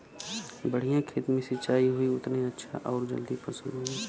बढ़िया खेत मे सिंचाई होई उतने अच्छा आउर जल्दी फसल उगी